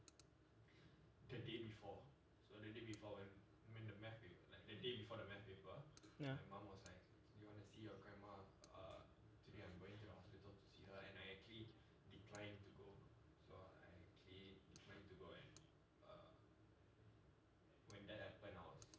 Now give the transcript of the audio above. ya